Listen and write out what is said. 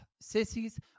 sissies